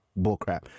bullcrap